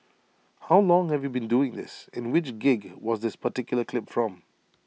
how long have you been doing this and which gig was this particular clip from